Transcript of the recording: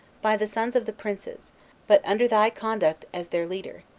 by the sons of the princes but under thy conduct as their leader,